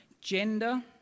Gender